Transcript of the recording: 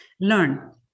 Learn